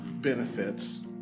benefits